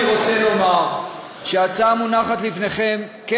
אני רוצה לומר שההצעה המונחת לפניכם כן